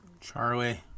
charlie